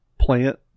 plant